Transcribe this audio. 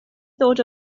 ddod